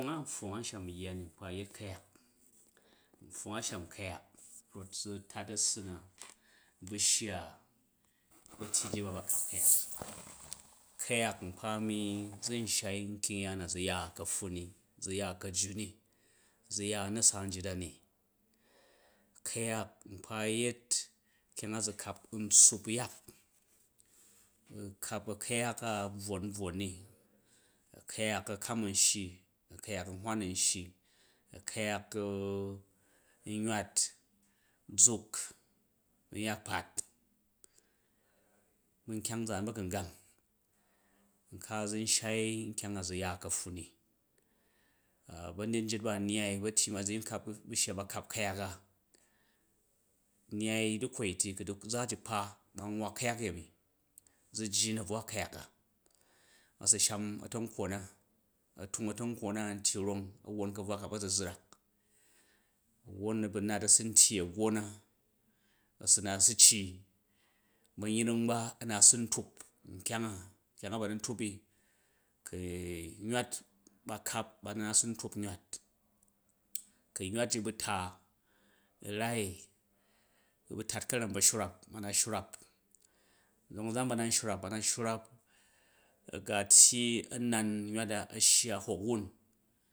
Kyang a n pfong a̱nsham yya ni nkpa yet ku̱yak, npfong a̱nsham ku̱yak rof za̱ tat a̱ssu nabu̱ shya ba̱tyi nyit ba ba kap ku̱yak ku̱yak nkpa mi zun shai nkyungya na zu̱ ya ka̱pffun ni, zu ya ka̱jju ni, zu̱ ya u̱ na̱sa njit a ni, ku̱yak nkpa yet kyang a zu kap n tsuup yak u̱ kap a̱ku̱yak a a̱ buwon a bvwon ni a̱ku̱yak a̱kam an shyi a̱kuyak a̱nhwom an shyi, a̱kuyak nywut zuk bu̱ yakpat bu̱ nkyang nzaan ba̱gungang nka zu n shai nkyang a zu ya ka̱pffun i. Banyet njip ba nyai u̱ batyi ba, za yin kap shiya ba kap ku̱yak a nyai u̱ du̱kwoi ti, ku za ji kpa, ba nwwa ka̱yak yemi za jji na̱buwa ku̱yak a a̱ su sham a̱tankkwo na a̱ tung a̱ta̱nkkwo na an tyi rong a̱ wwon ka̱buwa ka ba̱zu̱zrak, won a̱bu nat a̱ su ntyi a̱ggho na a̱ su nat a̱ sa cii, ba̱nyring ba a̱su nat a̱ su ntup kyang a ba nu ntup i, ku rywat ba kap ba na a̱ sun tup nywat, ku̱ nywat ji ba̱ ta u̱ rai u̱ ba̱ tat ka̱ram ba̱shrap ba na shrap shrap don a̱nzan ba na nshrwap a̱ ha tgyi a̱nan nywat a a̱ shya hywak wun.